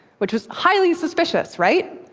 which was highly suspicious, right?